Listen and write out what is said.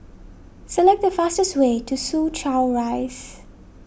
select the fastest way to Soo Chow Rise